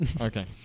Okay